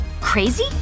Crazy